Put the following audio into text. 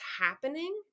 happening